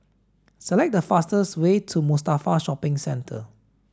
select the fastest way to Mustafa Shopping Centre